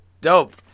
Dope